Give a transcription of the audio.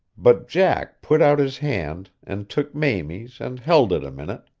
but jack put out his hand and took mamie's and held it a minute,